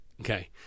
Okay